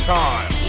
time